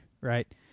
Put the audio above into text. right